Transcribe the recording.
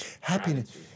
Happiness